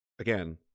again